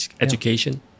education